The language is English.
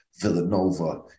Villanova